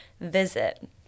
visit